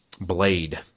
Blade